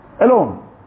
alone